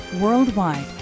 Worldwide